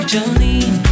Jolene